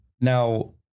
Now